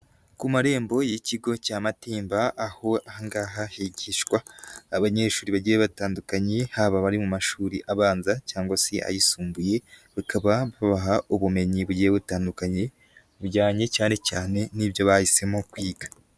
Ku marembo y'ikigo cya Matimba aho aha ngaha higishwa abanyeshuri bagiye batandukanye haba abari mu mashuri abanza cyangwa se ayisumbuye, bikaba babaha ubumenyi bugiye butandukanye bujyanye cyane cyane n'ibyo bahisemo kwiga.